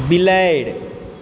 बिलाड़ि